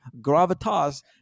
gravitas